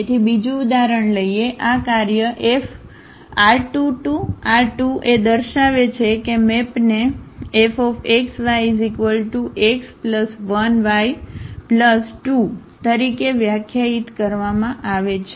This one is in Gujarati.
તેથી બીજું ઉદાહરણ લઈએ આ કાર્ય FR2R2 એ દર્શાવે છે કે મેપને Fxyx1y2 તરીકે વ્યાખ્યાયિત કરવામાં આવે છે